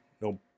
no